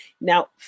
Now